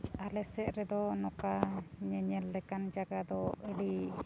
ᱟᱞᱮ ᱥᱮᱫ ᱨᱮᱫᱚ ᱱᱚᱝᱠᱟ ᱧᱮᱧᱮᱞ ᱞᱮᱠᱟᱱ ᱡᱟᱭᱜᱟ ᱫᱚ ᱟᱹᱰᱤ